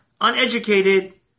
uneducated